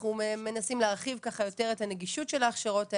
אנחנו מנסים להרחיב ככה יותר את הנגישות של ההכשרות האלה,